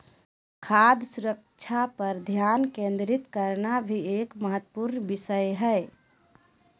खाद्य सुरक्षा पर ध्यान केंद्रित करना भी एक महत्वपूर्ण विषय हय